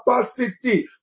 capacity